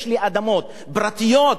יש לי אדמות פרטיות.